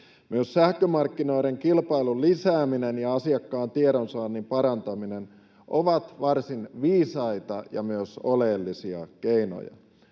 Myös sähkömarkkinoiden kilpailun lisääminen ja asiakkaan tiedonsaannin parantaminen ovat varsin viisaita ja myös oleellisia keinoja.